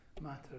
matter